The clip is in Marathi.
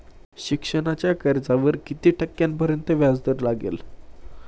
शिक्षणाच्या कर्जावर किती टक्क्यांपर्यंत व्याजदर लागेल?